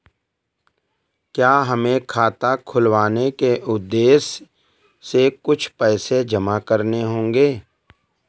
क्या हमें खाता खुलवाने के उद्देश्य से कुछ पैसे जमा करने होंगे?